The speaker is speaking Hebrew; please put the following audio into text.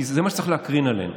כי זה מה שצריך להקרין עליהם: